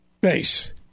base